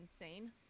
insane